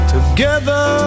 Together